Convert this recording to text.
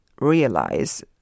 realize